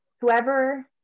whoever